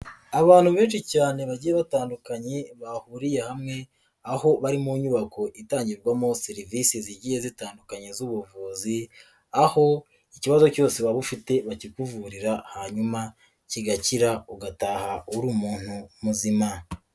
Abantu benshi cyane bagiye batandukanye bahuriye hamwe, aho bari mu nyubako itangirwamo serivisi zigiye zitandukanye z'ubuvuzi, aho ikibazo cyose waba ufite bakikuvurira hanyuma kigakira ugataha uri umuntu muzima.